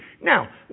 Now